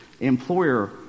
employer